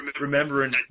remembering